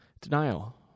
denial